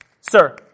Sir